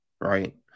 right